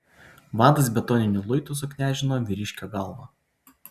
vadas betoniniu luitu suknežino vyriškio galvą